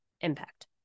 impact